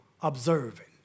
observing